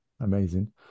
amazing